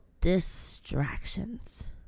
distractions